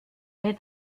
les